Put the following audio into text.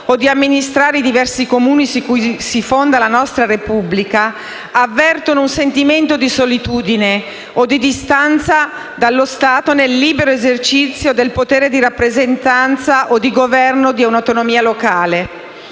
o di amministrare i diversi Comuni su cui si fonda la nostra Repubblica avvertono un sentimento di solitudine o di distanza dallo Stato nel libero esercizio del potere di rappresentanza o di governo di un'autonomia locale.